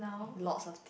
lots of